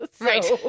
Right